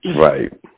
right